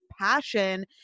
passion